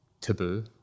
taboo